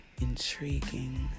intriguing